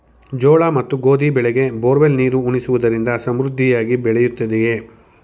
ಜೋಳ ಮತ್ತು ಗೋಧಿ ಬೆಳೆಗೆ ಬೋರ್ವೆಲ್ ನೀರು ಉಣಿಸುವುದರಿಂದ ಸಮೃದ್ಧಿಯಾಗಿ ಬೆಳೆಯುತ್ತದೆಯೇ?